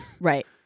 Right